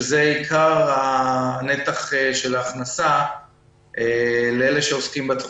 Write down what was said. שזה עיקר הנתח של ההכנסה לאלה שעוסקים בתחום.